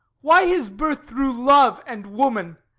why his birth through love and woman?